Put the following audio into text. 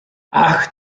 ach